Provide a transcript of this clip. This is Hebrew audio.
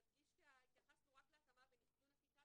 נדגיש כי התייחסנו רק להתאמה בין